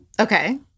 Okay